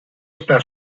está